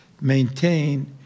maintain